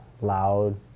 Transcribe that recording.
loud